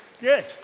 Good